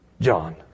John